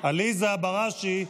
עליזה בראשי,